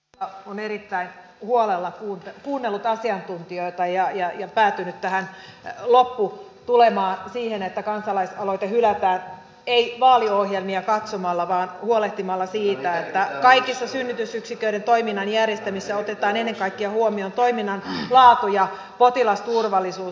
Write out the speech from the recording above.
valiokunta on erittäin huolella kuunnellut asiantuntijoita ja päätynyt tähän lopputulemaan siihen että kansalaisaloite hylätään ei vaaliohjelmia katsomalla vaan huolehtimalla siitä että kaikessa synnytysyksiköiden toiminnan järjestämisessä otetaan ennen kaikkea huomioon toiminnan laatu ja potilasturvallisuus